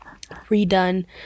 redone